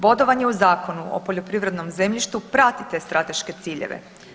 Bodovanje u Zakonu o poljoprivrednom zemljištu prati te strateške ciljeve.